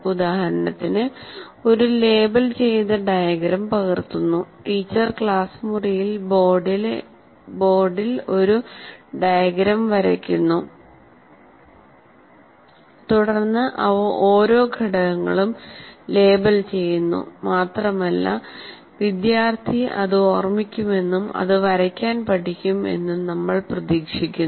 ഉദാഹരണത്തിന് ഒരു ലേബൽ ചെയ്ത ഡയഗ്രം പകർത്തുന്നു ടീച്ചർ ക്ലാസ് മുറിയിലെ ബോർഡിൽ ഒരു ഡയഗ്രം വരയ്ക്കുന്നു തുടർന്ന് അവ ഓരോ ഘടകങ്ങളും ലേബൽ ചെയ്യുന്നു മാത്രമല്ല വിദ്യാർത്ഥി അത് ഓർമിക്കുമെന്നും അത് വരക്കാൻ പഠിക്കും എന്ന് നമ്മൾ പ്രതീക്ഷിക്കുന്നു